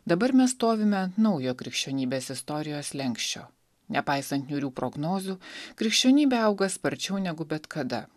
dabar mes stovime ant naujo krikščionybės istorijos slenksčio nepaisant niūrių prognozių krikščionybė auga sparčiau negu bet kada